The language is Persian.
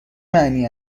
معنی